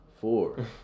four